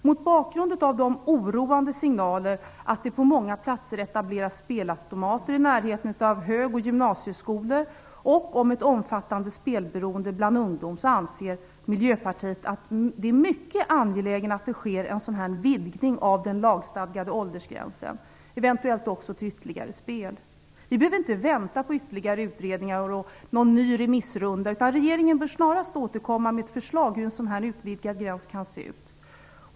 Mot bakgrund av de oroande signaler om att det på många platser etableras spelautomater i närheten av högstadie och gymnasieskolor och om ett omfattande spelberoende bland ungdom, anser Miljöpartiet att det är mycket angeläget att en vidgning görs av den lagstadgade åldersgränsen, eventuellt också till att gälla ytterligare spel. Vi behöver inte vänta på flera utredningar eller någon ny remissrunda, utan regeringen bör snarast återkomma med ett förslag till hur en sådan utvidgad åldersgräns kan se ut.